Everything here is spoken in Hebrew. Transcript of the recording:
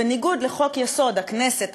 בניגוד לחוק-יסוד: הכנסת,